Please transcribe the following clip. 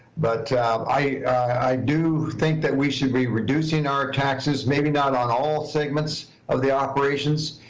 but i do think that we should be reducing our taxes, maybe not on all segments of the operations,